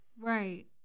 Right